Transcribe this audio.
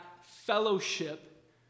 fellowship